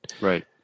Right